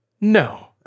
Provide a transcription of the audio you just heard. No